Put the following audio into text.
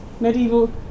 medieval